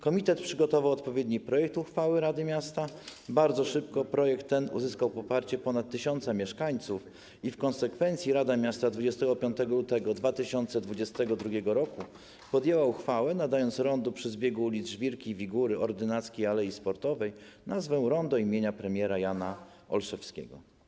Komitet przygotował odpowiedni projekt uchwały rady miasta, bardzo szybko uzyskał on poparcie ponad tysiąca mieszkańców i w konsekwencji rada miasta 25 lutego 2022 r. podjęła uchwałę, nadając rondu przy zbiegu ulic Żwirki i Wigury, Ordynackiej i Alei Sportowej nazwę: rondo im. premiera Jana Olszewskiego.